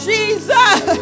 Jesus